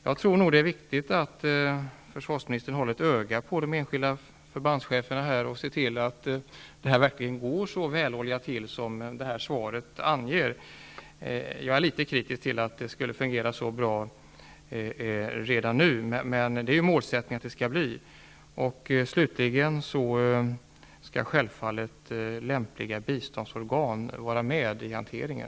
Det är nog viktigt att försvarsministern håller ett öga på de enskilda förbandscheferna och ser till att det verkligen går så väloljat till som svaret anger. Jag är litet kritisk till att det skulle fungera så bra redan, men målsättningen är ju att det skall bli så. Slutligen skall självfallet lämpliga biståndsorgan vara med i hanteringen.